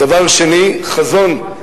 דבר שני, חזון.